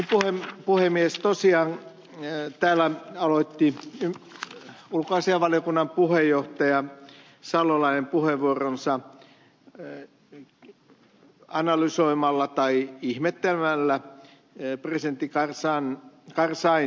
niin puhemies tosiaan täällä aloitti ulkoasiainvaliokunnan puheenjohtaja salolainen puheenvuoronsa analysoimalla tai ihmettelemällä presidentti karzain lausuntoja